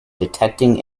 detecting